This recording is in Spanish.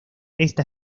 esta